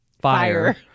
Fire